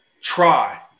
try